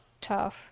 Tough